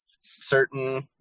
certain